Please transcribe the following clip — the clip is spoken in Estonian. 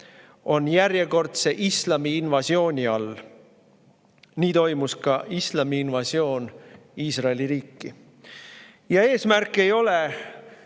kord järjekordse islami invasiooni all, nii toimus ka islami invasioon Iisraeli riiki. Eesmärk ei ole